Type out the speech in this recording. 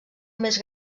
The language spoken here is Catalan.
més